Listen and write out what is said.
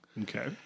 Okay